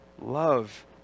love